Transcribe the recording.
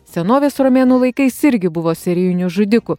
senovės romėnų laikais irgi buvo serijinių žudikų